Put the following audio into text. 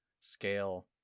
scale